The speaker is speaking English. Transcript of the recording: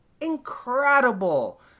incredible